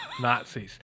nazis